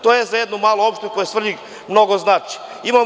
To za jednu malu opštinu kao Svrljig mnogo znači.